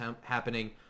happening